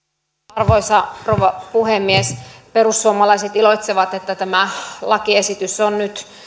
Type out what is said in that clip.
arvoisa rouva puhemies perussuomalaiset iloitsevat että tämä lakiesitys on nyt